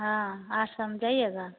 हाँ आठ सौ में जाइएगा